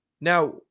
Now